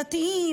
דתיים,